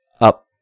up